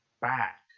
back